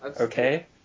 okay